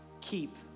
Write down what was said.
Keep